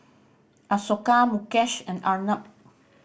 Ashoka Mukesh and Arnab